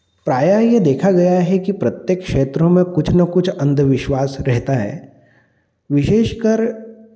प्रायः यह देखा गया है कि प्रत्येक क्षेत्रों में कुछ न कुछ अंधविश्वास रहता है विशेषकर